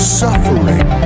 suffering